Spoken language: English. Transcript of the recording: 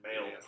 male